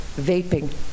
vaping